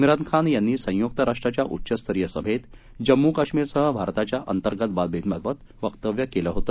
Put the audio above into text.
श्रान खान यांनी संयुक्त राष्ट्राच्या उच्च स्तरीय सभेमध्ये जम्मू काश्मीरसह भारताच्या अंतर्गत बाबींबाबत वक्तव्य केल होत